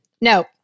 no